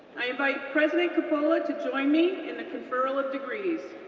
i invite president coppola to join me in the conferral of degrees.